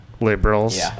liberals